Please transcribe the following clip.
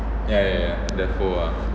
ya ya ya ah